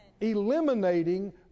Eliminating